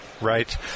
right